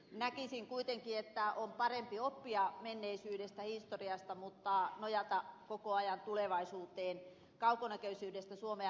näkisin kuitenkin että on parempi oppia menneisyydestä historiasta mutta nojata koko ajan tulevaisuuteen kaukonäköisyydestä suomea palkitaan